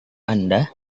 anda